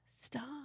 stop